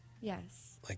Yes